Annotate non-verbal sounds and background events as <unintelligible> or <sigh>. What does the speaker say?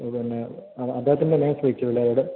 പിന്നെ അദ്ദേഹത്തിൻ്റെ <unintelligible>